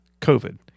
COVID